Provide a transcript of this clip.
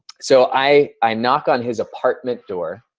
so i knock on his apartment door,